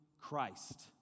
Christ